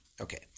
Okay